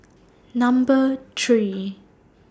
Number three